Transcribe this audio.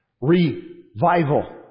Revival